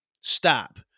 stop